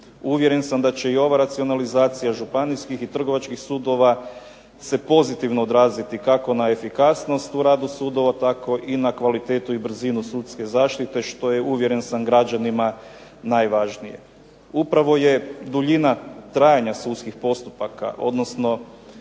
Uvjeren sam da će i ova racionalizacija županijskih i trgovačkih sudova se pozitivno odraziti kako na efikasnost u radu sudova tako i na kvalitetu i brzinu sudske zaštite što je, uvjeren sam, građanima najvažnije. Upravo je duljina trajanja sudskih postupaka odnosno